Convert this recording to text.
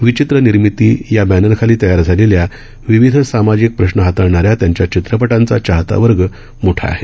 विचित्र निर्मिती या बॅनरखाली तयार झालेल्या विविध सामाजिक प्रश्न हाताळणाऱ्या त्यांच्या चित्रपटांचा चाहतावर्ग मोठा आहे